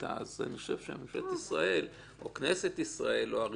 אז ממשלת ישראל או כנסת ישראל הוא הריבון.